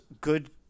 good